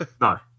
No